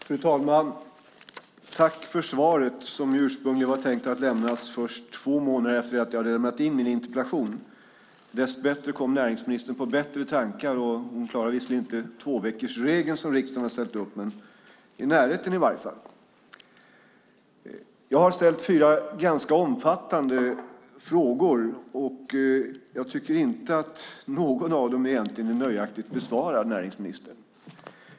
Fru talman! Tack, näringsministern för svaret! Det var ursprungligen tänkt att lämnas först två månader efter det att jag hade lämnat in min interpellation. Dessbättre kom näringsministern på bättre tankar. Hon klarade visserligen inte tvåveckorsregeln som riksdagen har satt upp, men det är i närheten i varje fall. Jag har ställt fyra ganska omfattande frågor, och jag tycker inte att någon av dem egentligen är nöjaktigt besvarad, näringsministern.